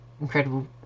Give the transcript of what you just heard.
incredible